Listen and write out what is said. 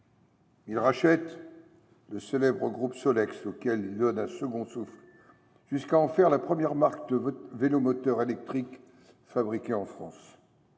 Il rachète le célèbre groupe Solex, auquel il donne un second souffle, jusqu’à en faire la première marque de vélomoteur électrique fabriqué en France.